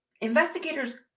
investigators